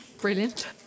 Brilliant